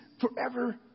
forever